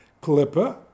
clipper